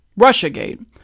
Russiagate